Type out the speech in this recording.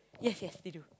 yes yes they do